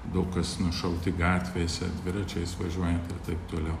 daug kas nušauti gatvėse dviračiais važiuojant ir taip toliau